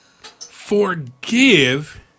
forgive